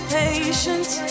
patience